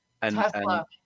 Tesla